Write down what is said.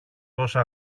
τόσα